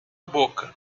boca